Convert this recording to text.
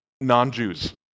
non-Jews